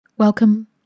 Welcome